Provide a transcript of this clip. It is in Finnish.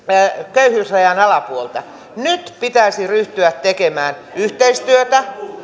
köyhyysrajan alapuolta nyt pitäisi ryhtyä tekemään yhteistyötä